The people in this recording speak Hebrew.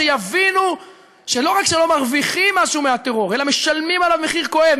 שיבינו שלא רק שלא מרוויחים משהו מהטרור אלא משלמים עליו מחיר כואב.